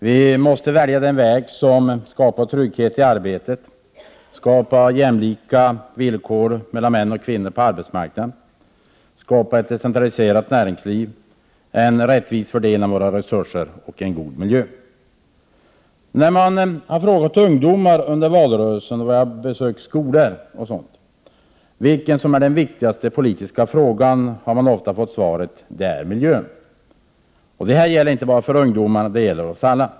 Vi måste välja den väg som skapar trygghet i arbetet, jämlika villkor för kvinnor och män på arbetsmarknaden, ett decentraliserat näringsliv, en rättvis fördelning av resurserna och en god miljö. När man under valrörelsen vid besök på skolor m.m. frågade ungdomar vilken som var den viktigaste politiska frågan fick man ofta svaret: Miljön. Och det gäller inte bara för ungdomar — det gäller oss alla.